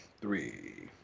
three